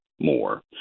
more